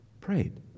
prayed